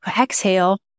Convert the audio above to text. exhale